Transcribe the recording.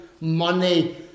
money